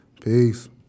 Peace